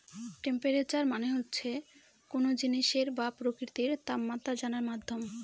temperature মানে হচ্ছে কোনো জিনিসের বা প্রকৃতির তাপমাত্রা জানার মাধ্যম